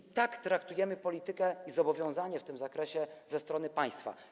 I tak traktujemy politykę i zobowiązanie w tym zakresie ze strony państwa.